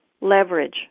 leverage